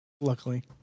Luckily